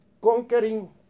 conquering